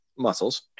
muscles